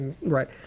Right